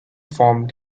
form